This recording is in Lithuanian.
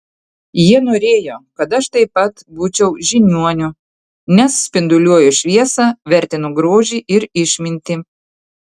jie norėjo kad aš taip pat būčiau žiniuoniu nes spinduliuoju šviesą vertinu grožį ir išmintį